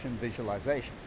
visualization